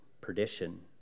perdition